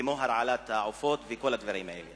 כמו הרעלת העופות וכל הדברים האלה,